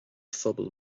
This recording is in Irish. phobail